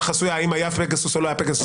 החסויה בשאלה האם היה פגסוס או לא היה פגסוס.